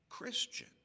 Christian